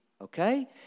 Okay